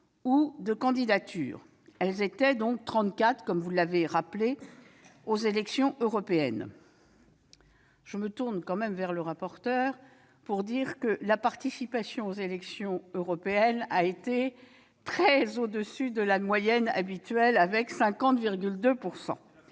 ou de candidatures- elles étaient trente-quatre, comme cela a été rappelé, aux élections européennes. Je me tourne tout de même vers le rapporteur pour faire observer que la participation aux élections européennes a été très au-dessus de la moyenne habituelle, ...